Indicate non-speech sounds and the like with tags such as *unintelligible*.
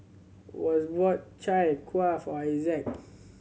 Wes bought Chai Kuih for *unintelligible* Isaac